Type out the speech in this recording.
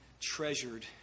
treasured